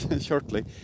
shortly